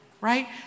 right